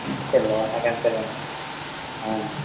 పిల్లలన్నాక అంతేలెండి